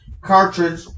cartridge